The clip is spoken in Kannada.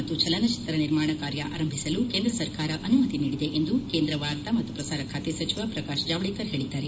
ಮತ್ತು ಚಲನಚಿತ್ರ ನಿರ್ಮಾಣ ಕಾರ್ಯ ಆರಂಭಿಸಲು ಕೇಂದ್ರ ಸರ್ಕಾರ ಅನುಮತಿ ನೀಡಿದೆ ಎಂದು ಕೇಂದ್ರ ವಾರ್ತಾ ಮತ್ತು ಪ್ರಸಾರ ಖಾತೆ ಸಚಿವ ಪ್ರಕಾಶ್ ಜಾವಡೇಕರ್ ಹೇಳಿದ್ದಾರೆ